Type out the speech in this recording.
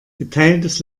geteiltes